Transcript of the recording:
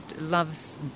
loves